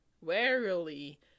Warily